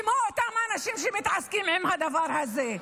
כמו אותם האנשים שמתעסקים עם הדבר הזה.